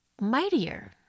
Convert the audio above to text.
mightier